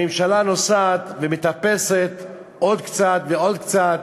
הממשלה נוסעת ומטפסת עוד קצת ועוד קצת,